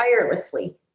tirelessly